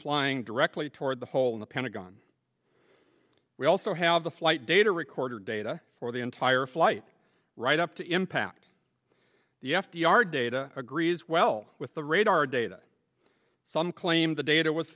flying directly toward the hole in the pentagon we also have the flight data recorder data for the entire flight right up to impact the f d r data agrees well with the radar data some claim the data was